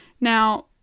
Now